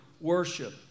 worship